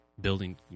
building